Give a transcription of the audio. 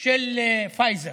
של פייזר,